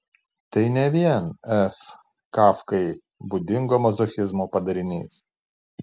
tai ne vien f kafkai būdingo mazochizmo padarinys